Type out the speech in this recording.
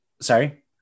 Sorry